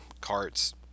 carts